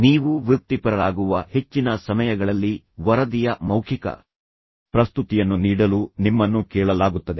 ನೀವು ವೃತ್ತಿಪರರಾಗುವ ಹೆಚ್ಚಿನ ಸಮಯಗಳಲ್ಲಿ ವರದಿಯ ಮೌಖಿಕ ಪ್ರಸ್ತುತಿಯನ್ನು ನೀಡಲು ನಿಮ್ಮನ್ನು ಕೇಳಲಾಗುತ್ತದೆ